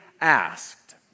asked